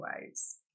ways